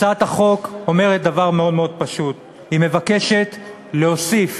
הצעת החוק אומרת דבר מאוד פשוט: היא מבקשת להוסיף